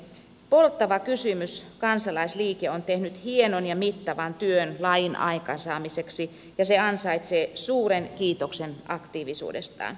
polttava kysymys kansalaisliike on tehnyt hienon ja mittavan työn lain aikaansaamiseksi ja se ansaitsee suuren kiitoksen aktiivisuudestaan